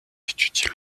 étudie